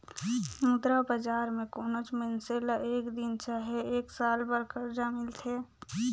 मुद्रा बजार में कोनोच मइनसे ल एक दिन चहे एक साल बर करजा मिलथे